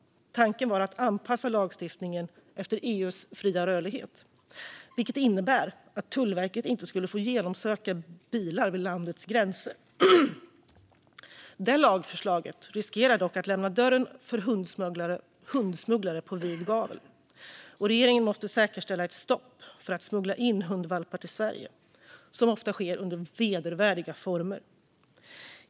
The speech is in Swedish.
Tanken var att anpassa lagstiftningen efter EU:s fria rörlighet, vilket innebär att Tullverket inte skulle få genomsöka bilar vid landets gränser. Detta lagförslag riskerar dock att lämna dörren för hundsmugglare på vid gavel. Regeringen måste säkerställa ett stopp för att smuggla in hundvalpar till Sverige, något som ofta sker under vedervärdiga former.